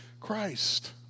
Christ